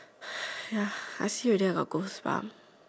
ya I see already I got goosebumps